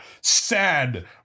sad